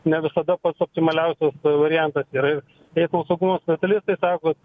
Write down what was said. ne visada pats optimaliausias variantas yra ir eismo saugumo specialistai sako kad